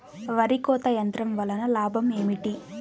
వరి కోత యంత్రం వలన లాభం ఏమిటి?